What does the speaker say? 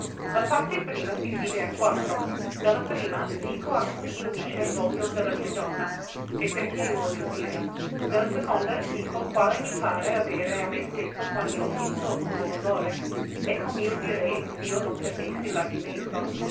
parte si divide in quattro ne la prima dico a cu io dicer voglio de la mia donna e perché io voglio dire ne la seconda dico quale me pare avere a me stesso quand'io penso lo suo valore e com'io direi s'io non perdessi